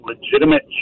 legitimate